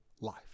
life